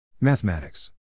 Mathematics